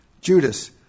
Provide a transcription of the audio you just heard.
Judas